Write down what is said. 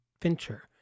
Fincher